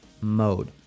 mode